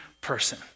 person